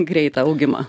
greitą augimą